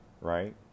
right